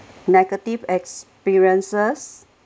negative experiences